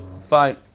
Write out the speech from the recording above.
Fine